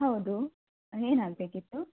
ಹೌದು ಏನು ಆಗಬೇಕಿತ್ತು